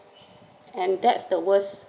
and that's the worse